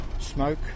smoke